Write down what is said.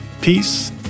peace